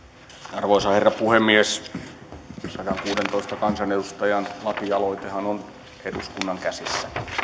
arvoisa herra puhemies sadankuudentoista kansanedustajan lakialoitehan on eduskunnan käsissä